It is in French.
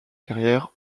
carrière